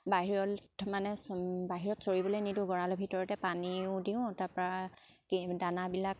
বাহিৰত মানে চ বাহিৰত চৰিবলে নিদিওঁ গঁৰালৰ ভিতৰতে পানীও দিওঁ তাৰপৰা দানাবিলাক